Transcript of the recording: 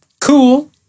Cool